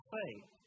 faith